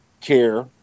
care